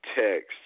text